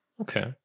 Okay